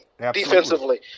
defensively